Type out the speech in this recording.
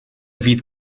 fydd